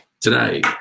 today